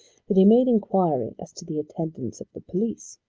that he made inquiry as to the attendance of the police.